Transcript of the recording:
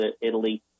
italy